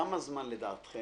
כמה זמן לדעתכם,